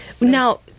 Now